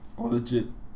oh legit